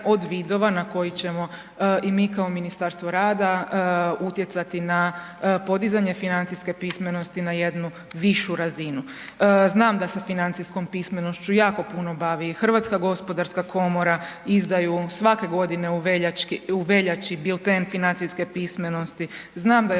od vidova na koji ćemo i mi kao Ministarstvo rada utjecati na podizanje financijske pismenosti na jednu višu razinu. Znam da se financijskom pismenošću jako puno bavi i Hrvatska gospodarska komora, izdaju svake godine u veljači bilten financijske pismenosti, znam da